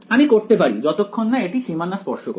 আমি করতে পারি যতক্ষণ না এটি সীমানা স্পর্শ করছে